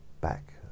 back